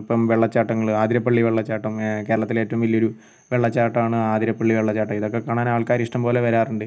ഇപ്പം വെള്ളച്ചാട്ടങ്ങൾ അതിരപ്പള്ളി വെള്ളച്ചാട്ടം കേരളത്തിലെ ഏറ്റവും വലിയൊരു വെള്ളച്ചാട്ടമാണ് അതിരപ്പള്ളി വെള്ളച്ചാട്ടം ഇതൊക്കെ കാണാൻ ആൾക്കാർ ഇഷ്ടംപോലെ വരാറുണ്ട്